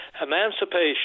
emancipation